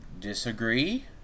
Disagree